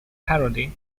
parody